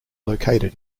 located